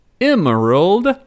emerald